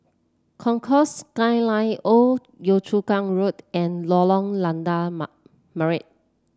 Concourse Skyline Old Yio Chu Kang Road and Lorong Lada Ma Merah